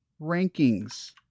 rankings